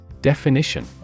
Definition